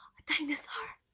a dinosaur!